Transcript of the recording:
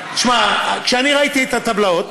תשמע, כשאני ראיתי את הטבלאות,